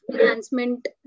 enhancement